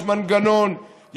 יש מנגנון,